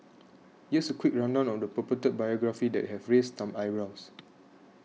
there's a quick rundown of purported biography that have raised some eyebrows